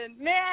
man